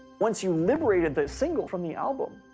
once you liberated that single from the album,